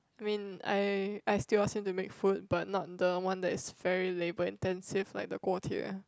I mean I I still ask him to make food but not the one that is very labor intensive like the 锅贴:guo-tie